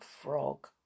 frog